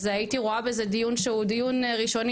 אז הייתי רואה בזה דיון שהוא דיון ראשוני